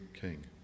king